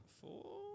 Four